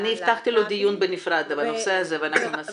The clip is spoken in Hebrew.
אני הבטחתי לו דיון בנפרד בנושא הזה ואנחנו נעשה את זה.